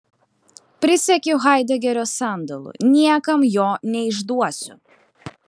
prisiekiu haidegerio sandalu niekam jo neišduosiu